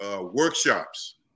workshops